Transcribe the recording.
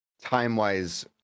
time-wise